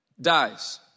dies